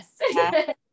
Yes